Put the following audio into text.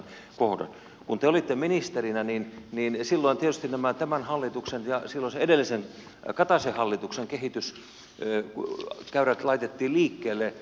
kun te olitte ministerinä niin silloin tietysti nämä tämän hallituksen ja silloisen edellisen hallituksen kataisen hallituksen kehityskäyrät laitettiin liikkeelle